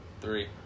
Three